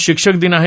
आज शिक्षक दिन आहे